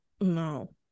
No